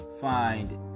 find